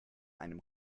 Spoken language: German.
einem